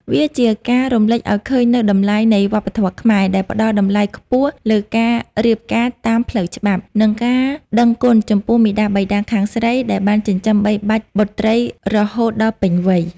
វាជាការរំលេចឱ្យឃើញនូវតម្លៃនៃវប្បធម៌ខ្មែរ ដែលផ្ដល់តម្លៃខ្ពស់លើការរៀបការតាមផ្លូវច្បាប់ និងការដឹងគុណចំពោះមាតាបិតាខាងស្រីដែលបានចិញ្ចឹមបីបាច់បុត្រីរហូតដល់ពេញវ័យ។